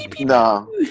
No